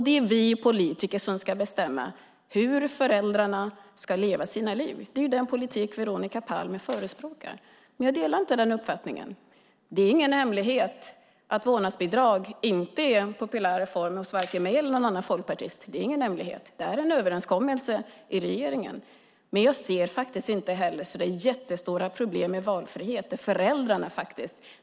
Det är vi politiker som ska bestämma hur föräldrarna ska leva sina liv. Det är den politik Veronica Palm förespråkar. Jag delar inte denna uppfattning. Det är ingen hemlighet att vårdnadsbidrag inte är en populär reform vare sig hos mig eller hos någon annan folkpartist. Det är ingen hemlighet. Det är en överenskommelse i regeringen. Men jag ser faktiskt inte heller så jättestora problem med valfrihet för föräldrar.